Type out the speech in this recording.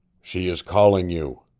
she is calling you!